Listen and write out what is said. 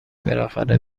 بالاخره